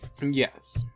Yes